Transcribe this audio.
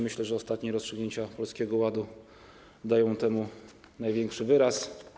Myślę, że ostatnie rozstrzygnięcia Polskiego Ładu dają temu największy wyraz.